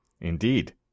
Indeed